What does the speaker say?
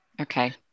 Okay